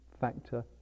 factor